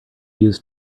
use